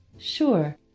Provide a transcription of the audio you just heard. Sure